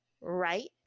right